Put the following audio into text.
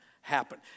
happen